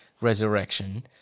resurrection